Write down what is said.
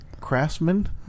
craftsman